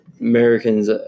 Americans